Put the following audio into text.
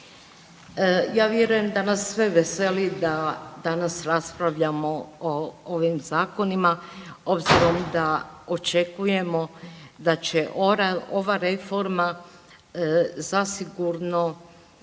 Ja vjerujem da nas sve veseli da danas raspravljamo o ovim zakonima obzirom da očekujemo da će ova reforma zasigurno